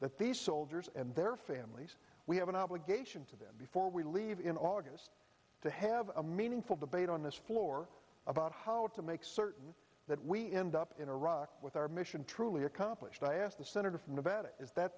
that these soldiers and their families we have an obligation to them before we leave in august to have a meaningful debate on this floor about how to make certain that we end up in iraq with our mission truly accomplished i asked the senator from nevada is that